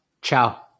ciao